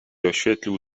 oświetlił